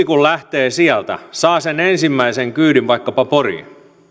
kun kuski lähtee sieltä saa sen ensimmäisen kyydin vaikkapa poriin